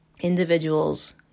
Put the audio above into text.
individuals